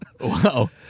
Wow